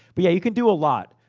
but yeah, you can do a lot.